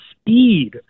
speed